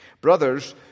Brothers